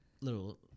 little